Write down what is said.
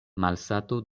malsato